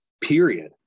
period